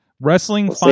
wrestling